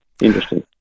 Interesting